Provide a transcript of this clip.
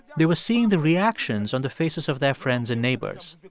they were seeing the reactions on the faces of their friends and neighbors.